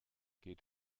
geht